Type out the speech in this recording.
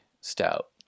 stout